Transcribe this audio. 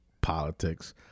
politics